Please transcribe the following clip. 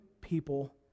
people